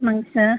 ஆமாங்க சார்